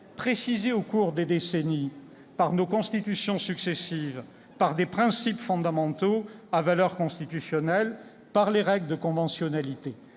précisées au cours des décennies par nos Constitutions successives, par des principes fondamentaux à valeur constitutionnelle, par les règles conventionnelles.